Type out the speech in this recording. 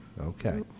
okay